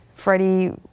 Freddie